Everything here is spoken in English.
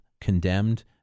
condemned